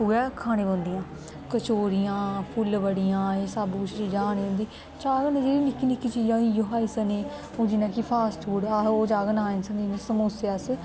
उ'ऐ खाने पौंदियां कचौरियां फुल्लबड़ियां एह् सब्भ कुछ चीजां खाने पौंदी चाह् कन्नै जेह्ड़ी निक्की निक्की चीजां इ'यो खाई सकने हून जियां कि फास्ट फूड अस ओह् चाह् कन्नै खाई निं सकने इ'यां समोसे अस